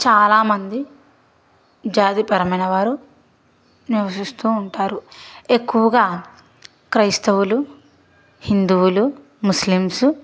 చాలామంది జాతిపరమైన వారు నివసిస్తూ ఉంటారు ఎక్కువగా క్రైస్తవులు హిందువులు ముస్లిమ్సు